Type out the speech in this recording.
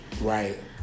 Right